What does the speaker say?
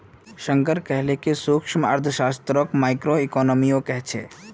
शंकर कहले कि सूक्ष्मअर्थशास्त्रक माइक्रोइकॉनॉमिक्सो कह छेक